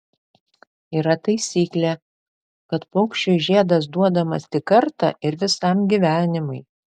yra taisyklė kad paukščiui žiedas duodamas tik kartą ir visam gyvenimui